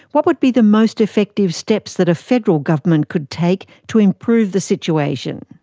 what would be the most effective steps that a federal government could take to improve the situation?